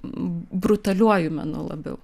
brutaliuoju menu labiau